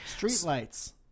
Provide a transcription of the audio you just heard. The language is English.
Streetlights